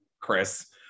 Chris